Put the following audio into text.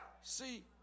See